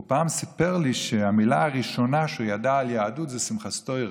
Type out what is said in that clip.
הוא פעם סיפר לי שהמילה הראשונה שהוא ידע על יהדות זה "שמחת תורה",